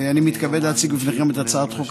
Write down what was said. אני מתכבד להציג בפניכם את הצעת חוק